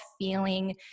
feeling